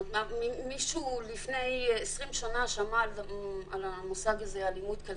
מישהו לפני 20 שנה שמע על המושג הזה "אלימות כלכלית"?